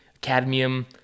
cadmium